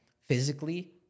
physically